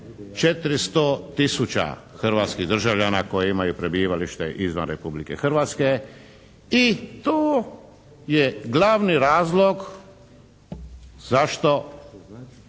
400 tisuća hrvatskih državljana koji imaju prebivalište izvan Republike Hrvatske i to je glavni razlog zašto